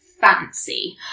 fancy